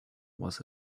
was